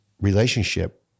relationship